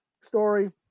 story